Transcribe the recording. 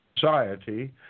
society